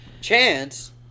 Chance